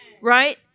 right